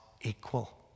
equal